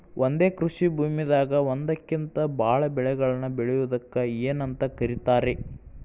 ಒಂದೇ ಕೃಷಿ ಭೂಮಿದಾಗ ಒಂದಕ್ಕಿಂತ ಭಾಳ ಬೆಳೆಗಳನ್ನ ಬೆಳೆಯುವುದಕ್ಕ ಏನಂತ ಕರಿತಾರೇ?